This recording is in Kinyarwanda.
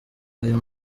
ayo